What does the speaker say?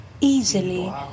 easily